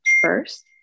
first